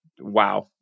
wow